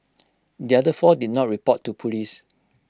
the other four did not report to Police